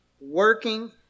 working